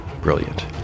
Brilliant